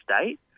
state